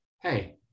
Hey